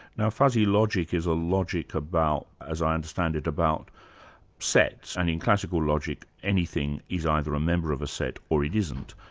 now fuzzy logic is a logic, as i understand it, about sets, and in classical logic, anything is either a member of a set or it isn't.